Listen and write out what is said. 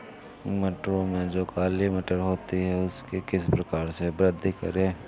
मटरों में जो काली मटर होती है उसकी किस प्रकार से वृद्धि करें?